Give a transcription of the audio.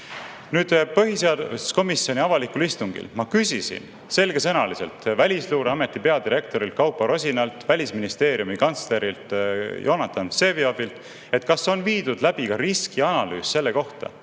põhiseaduskomisjoni avalikul istungil ma küsisin selgesõnaliselt Välisluureameti peadirektorilt Kaupo Rosinalt, Välisministeeriumi kantslerilt Jonatan Vseviovilt, kas on viidud läbi ka riskianalüüs selle kohta,